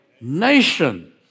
nation